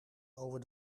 over